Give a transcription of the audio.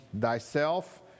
thyself